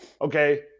okay